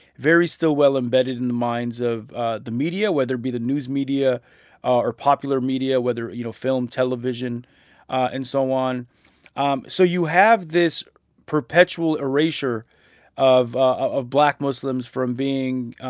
very still well embedded in the minds of ah the media, whether it be the news media or popular media, whether, you know, film, television and so on um so you have this perpetual erasure of of black muslims from being,